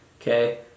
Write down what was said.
Okay